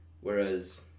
whereas